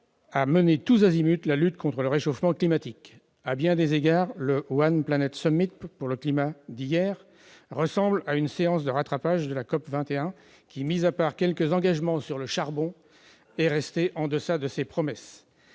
à mener tous azimuts la lutte contre le réchauffement climatique. À bien des égards, le pour le climat d'hier ressemble à une séance de rattrapage de la COP21, qui, mis à part quelques engagements sur le charbon, est restée en deçà de ses promesses.